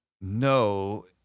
No